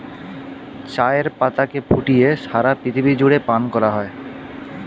চায়ের পাতাকে ফুটিয়ে সারা পৃথিবী জুড়ে পান করা হয়